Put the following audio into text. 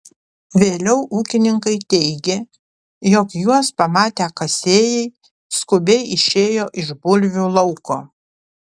vėliau ūkininkai teigė jog juos pamatę kasėjai skubiai išėjo iš bulvių lauko